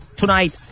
tonight